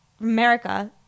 America